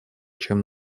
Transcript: чем